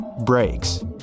breaks